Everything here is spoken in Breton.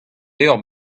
levr